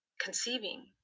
conceiving